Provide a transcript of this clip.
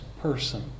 person